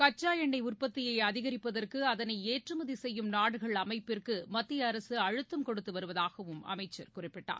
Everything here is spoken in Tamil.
கச்சாஎண்ணெய் உற்பத்தியைஅதிகரிப்பதற்குஅதனைஏற்றுமதிசெய்யும் நாடுகள் அமைப்பிற்குமத்திய அரசு அழுத்தம் கொடுத்துவருவதாகவும் அமைச்சர் குறிப்பிட்டார்